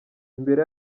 imbere